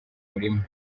murima